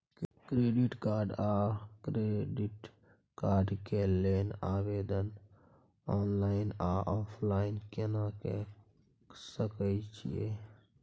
Credit card आ debit card के लेल आवेदन ऑनलाइन आ ऑफलाइन केना के सकय छियै?